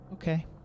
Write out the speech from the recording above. Okay